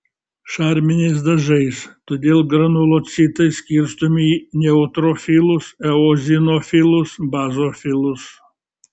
šarminiais dažais todėl granulocitai skirstomi į neutrofilus eozinofilus bazofilus